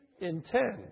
intend